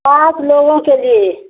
आठ लोगों के लिए